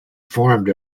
formed